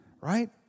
Right